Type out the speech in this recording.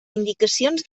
indicacions